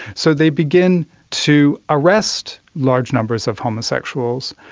so they begin to arrest large numbers of homosexuals,